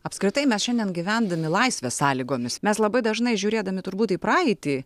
apskritai mes šiandien gyvendami laisvės sąlygomis mes labai dažnai žiūrėdami turbūt į praeitį